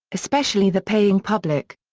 especially the paying public.